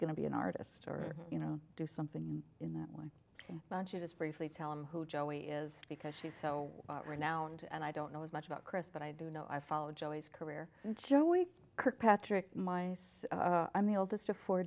going to be an artist or you know do something in that way but you just briefly tell them who joey is because she's so renowned and i don't know as much about chris but i do know i follow joey's career joey kirk patrick my i'm the oldest of four